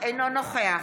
אינו נוכח